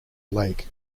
lake